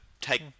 take